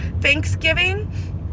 Thanksgiving